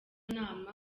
nama